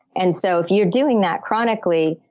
and so if you're doing that chronically,